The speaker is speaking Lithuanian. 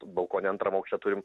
balkone antram aukšte turim